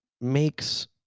makes